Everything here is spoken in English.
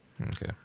okay